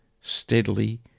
steadily